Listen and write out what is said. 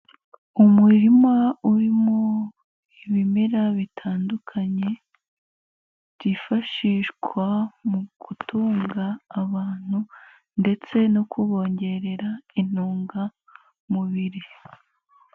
Umurima urimo ibimera bitandukanye byifashishwa mu gutunga abantu ndetse no kubongerera intungamubiri.